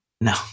No